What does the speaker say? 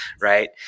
right